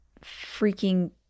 freaking